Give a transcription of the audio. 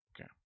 Okay